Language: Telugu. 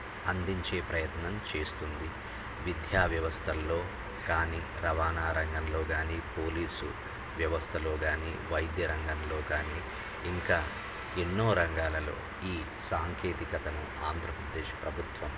అందించే ప్రయత్నం చేస్తుంది విద్యా వ్యవస్థల్లో కానీ రవాణారంగంలో కానీ పోలీసు వ్యవస్థలో కానీ వైద్య రంగంలో కానీ ఇంకా ఎన్నో రంగాలలో ఈ సాంకేతికతను ఆంధ్రప్రదేశ్ ప్రభుత్వం